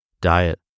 diet